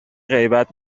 غیبت